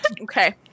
Okay